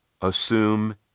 assume